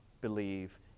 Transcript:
believe